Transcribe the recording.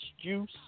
juice